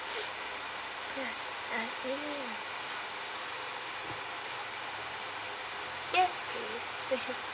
yes